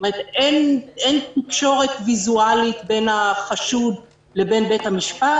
כלומר אין תקשורת ויזואלית בין החשוד לבין בית המשפט.